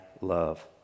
love